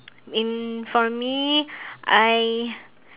in for me I